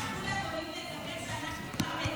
בבקשה.